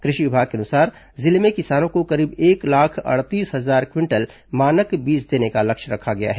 कृषि विभाग के अनुसार जिले में किसानों को करीब एक लाख अड़तीस हजार क्विंटल मानक बीज देने का लक्ष्य रखा गया है